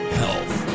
health